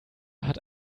hat